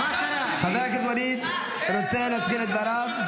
חבר הכנסת ואליד רוצה להתחיל את דבריו.